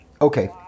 Okay